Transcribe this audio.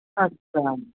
अच्छा